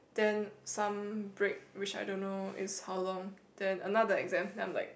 then some break which I don't know is how long then another exam then I'm like